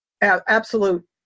absolute